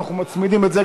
אנחנו מצמידים את זה.